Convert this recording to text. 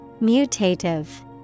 Mutative